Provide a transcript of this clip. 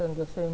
on the same